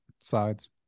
sides